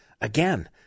Again